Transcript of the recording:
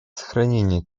сохранение